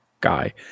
guy